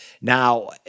Now